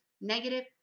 Negative